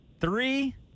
three